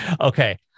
okay